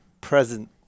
present